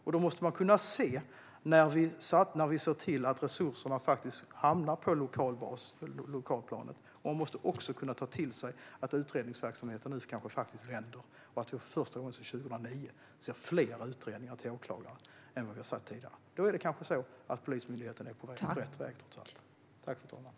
Man måste kunna se när resurserna faktiskt hamnar på lokalnivå och kunna ta till sig att utredningsverksamheten vänder och att vi för första gången sedan 2009 ser fler utredningar hos åklagaren än vad vi har sett tidigare. Då är det kanske så att Polismyndigheten trots allt är på rätt väg.